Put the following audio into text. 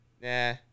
nah